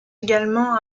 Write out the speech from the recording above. également